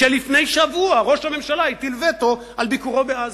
שלפני שבוע ראש הממשלה הטיל וטו על ביקורו בעזה.